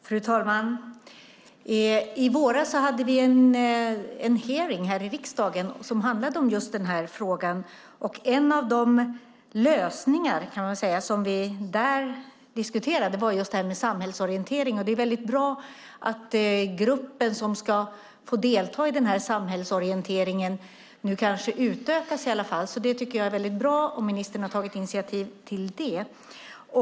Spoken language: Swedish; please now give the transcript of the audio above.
Fru talman! I våras hade vi en hearing i riksdagen om denna fråga. En av de lösningar som vi där diskuterade gällde samhällsorientering. Det är bra att den grupp som ska få delta i samhällsorienteringen nu kanske utökas. Det tycker jag är bra, och ministern har tagit initiativ till det.